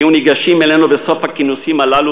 היו ניגשים אלינו בסוף הכינוסים הללו